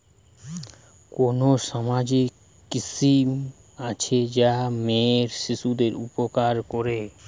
কোন সামাজিক স্কিম আছে যা মেয়ে শিশুদের উপকার করে?